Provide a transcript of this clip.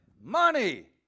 money